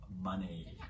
money